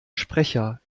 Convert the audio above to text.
sprecher